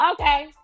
Okay